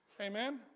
Amen